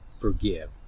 forgive